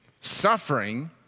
suffering